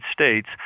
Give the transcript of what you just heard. States